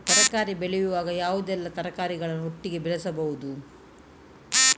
ತರಕಾರಿ ಬೆಳೆಯುವಾಗ ಯಾವುದೆಲ್ಲ ತರಕಾರಿಗಳನ್ನು ಒಟ್ಟಿಗೆ ಬೆಳೆಸಬಹುದು?